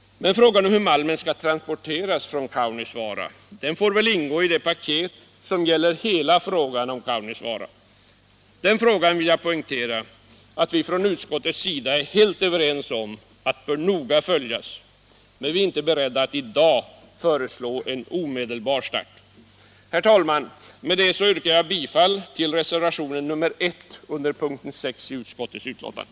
Men frågan om hur malmen skall transporteras från Kaunisvaara får väl ingå i det paket som gäller hela frågan om Kaunisvaara. Jag vill poängtera att vi från utskottets sida är helt ense om att denna fråga bör noga följas, men vi är inte beredda att i dag föreslå en omedelbar start. Herr talman! Med detta yrkar jag bifall till reservationen 1 vid punkten 6 i utskottets betänkande.